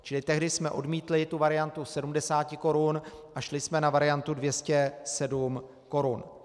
Čili tehdy jsme odmítli tu variantu 70 korun a šli jsme na variantu 207 korun.